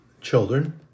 children